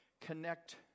connect